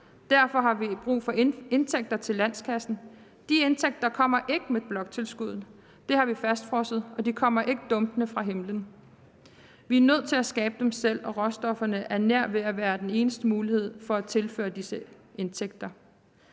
Derfor har vi brug for indtægter til landskassen. De indtægter kommer ikke med bloktilskuddet, for det har vi fastfrosset, og de kommer ikke dumpende ned fra himlen. Vi er nødt til at skabe dem selv, og stofferne er nær ved at være den eneste mulighed for at tilføre disse indtægter.